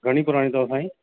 घणी पुराणी अथव साईं